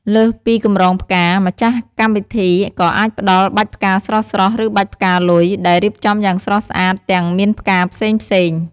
លើសពីកម្រងផ្កា ម្ចាស់កម្មវិធីក៏អាចផ្តល់ បាច់ផ្កាស្រស់ៗ ឬបាច់ផ្កាលុយ ដែលរៀបចំយ៉ាងស្រស់ស្អាត ទាំងមានផ្កាផ្សេងៗ ។